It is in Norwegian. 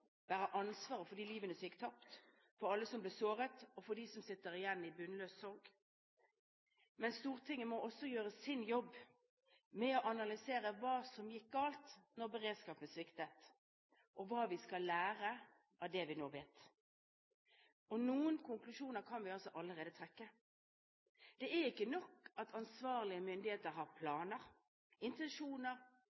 som bærer ansvaret for de livene som gikk tapt, for alle som ble såret, og for dem som sitter igjen i bunnløs sorg. Men Stortinget må også gjøre sin jobb med å analysere hva som gikk galt da beredskapen sviktet, og hva vi skal lære av det vi nå vet. Og noen konklusjoner kan vi altså allerede trekke. Det er ikke nok at ansvarlige myndigheter har